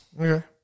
Okay